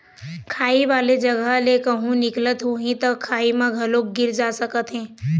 खाई वाले जघा ले कहूँ निकलत होही त खाई म घलोक गिर सकत हे